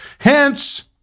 Hence